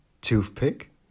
Toothpick